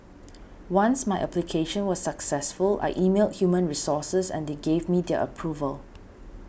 once my application was successful I emailed human resources and they gave me their approval